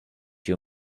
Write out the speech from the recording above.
you